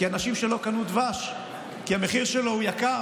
כי אנשים שלא קנו דבש כי המחיר שלו יקר,